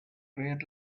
were